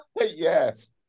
Yes